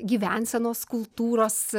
gyvensenos kultūros